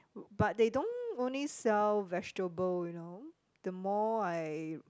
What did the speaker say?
but they don't only sell vegetable you know the more I